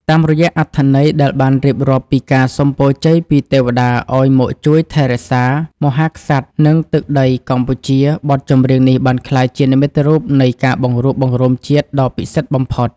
តាមរយៈអត្ថន័យដែលបានរៀបរាប់ពីការសុំពរជ័យពីទេវតាឱ្យមកជួយថែរក្សាមហាក្សត្រ និងទឹកដីកម្ពុជា បទចម្រៀងនេះបានក្លាយជានិមិត្តរូបនៃការបង្រួបបង្រួមជាតិដ៏ពិសិដ្ឋបំផុត។